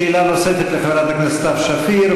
שאלה נוספת לחברת הכנסת סתיו שפיר,